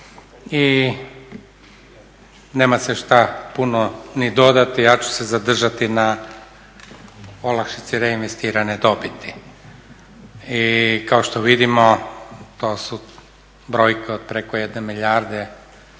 i nema se šta puno ni dodati. Ja ću se zadržati na olakšici reinvestirane dobiti. I kao što vidimo to su brojke od preko 1 milijarde